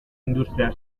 industria